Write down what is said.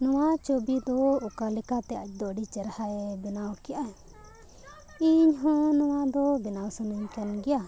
ᱱᱚᱣᱟ ᱪᱷᱚᱵᱤ ᱫᱚ ᱚᱠᱟ ᱞᱮᱠᱟᱛᱮ ᱟᱡ ᱫᱚ ᱟᱹᱰᱤ ᱪᱮᱨᱦᱟᱭ ᱵᱮᱱᱟᱣ ᱠᱮᱜ ᱟᱭ ᱤᱧ ᱦᱚᱸ ᱱᱚᱣᱟ ᱫᱚ ᱵᱮᱱᱟᱣ ᱥᱟᱱᱟᱧ ᱠᱟᱱ ᱜᱮᱭᱟ